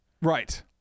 Right